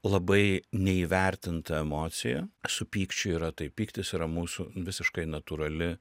labai neįvertinta emocija su pykčiu yra taip pyktis yra mūsų visiškai natūrali